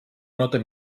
nota